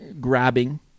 grabbing